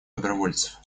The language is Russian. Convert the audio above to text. добровольцев